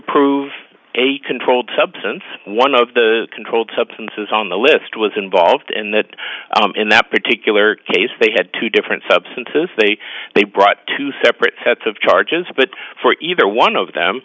prove a controlled substance one of the controlled substances on the list was involved and that in that particular case they had two different substances they they brought two separate sets of charges but for either one of them